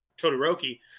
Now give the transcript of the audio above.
Todoroki